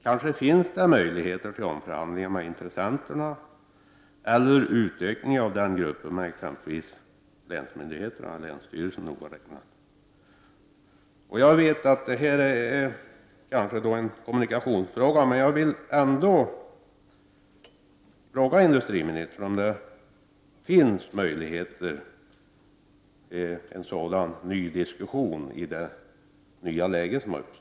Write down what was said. Det finns kanske möjlighet till omförhandlingar med intressenterna eller utökning av gruppen med exempelvis länsmyndigheterna, närmare bestämt länsstyrelsen. Jag vet att detta kanske är en fråga inom kommunikationsområdet, men jag vill ändå ställa en fråga till industriministern. Finns det möjligheter till en sådan ny diskussion i det nya läge som har uppstått?